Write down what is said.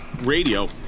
radio